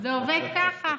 זה עובד ככה.